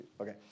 Okay